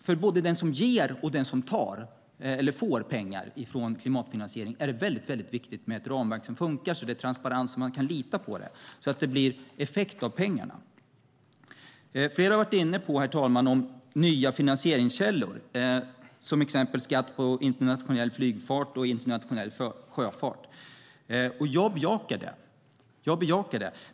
För både den som ger och som får pengar från klimatfinansiering är det viktigt med ett ramverk som funkar, som är transparent så att det går att lita på - så att det blir effekt av pengarna. Herr talman! Flera har varit inne på frågan om nya finansieringskällor, till exempel skatt på internationell flygfart och internationell sjöfart. Jag bejakar dem.